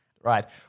right